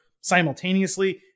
simultaneously